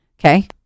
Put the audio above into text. Okay